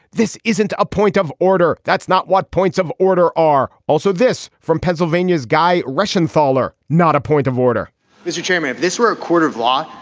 this isn't a point of order. that's not what points of order are. also, this from pennsylvania's guy, russian faller. not a point of order mr. chairman, if this were a court of law,